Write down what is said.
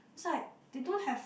is like they don't have